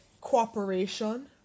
cooperation